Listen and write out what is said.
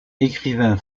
écrivain